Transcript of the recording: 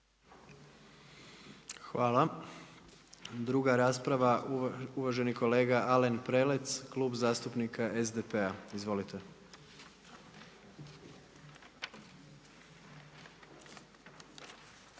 Hvala. Druga rasprava uvaženi kolega Alen Prelec, Klub zastupnika SDP-a. Izvolite.